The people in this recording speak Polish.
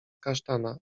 kasztana